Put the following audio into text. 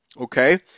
okay